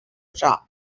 shop